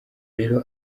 rero